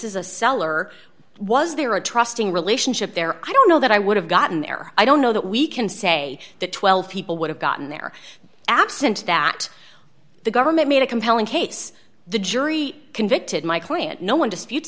is a seller was there a trusting relationship there i don't know that i would have gotten there i don't know that we can say that twelve people would have gotten there absent that the government made a compelling case the jury can victim my client no one